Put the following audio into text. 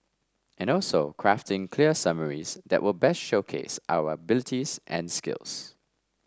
and also crafting clear summaries that will best showcase our abilities and skills